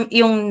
yung